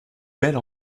belle